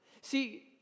See